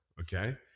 okay